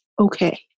okay